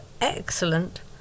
excellent